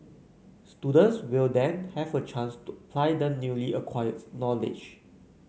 students will then have a chance to apply their newly acquired knowledge